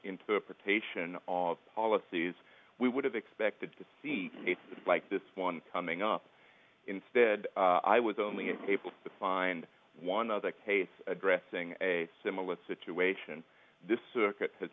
interpretation of policies we would have expected to see like this one coming up instead i was only able to find one other case addressing a similar situation this circuit has